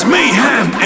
Mayhem